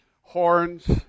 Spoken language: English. horns